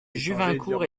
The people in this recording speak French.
juvincourt